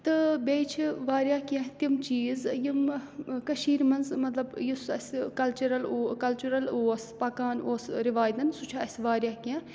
تہٕ بیٚیہِ چھِ واریاہ کیٚنٛہہ تِم چیٖز یِم کٔشیٖرِ منٛز مطلب یُس اَسہِ کَلچٕرَل او کَلچٕرَل اوس پَکان اوس رِوایتَن سُہ چھُ اَسہِ واریاہ کیٚنٛہہ